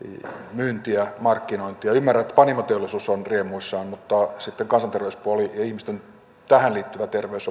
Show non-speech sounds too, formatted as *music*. myyntiä ja markkinointia hyvin dramaattisesti lisätään ymmärrän että panimoteollisuus on riemuissaan mutta kansanterveyspuoli ja ihmisten tähän liittyvä terveys *unintelligible*